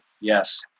Yes